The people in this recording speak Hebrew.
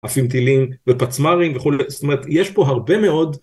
עפים טילים ופצמ"רים וכולי, זאת אומרת יש פה הרבה מאוד.